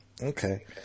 Okay